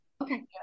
Okay